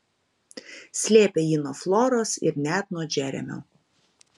slėpė jį nuo floros ir net nuo džeremio